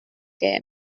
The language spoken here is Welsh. gem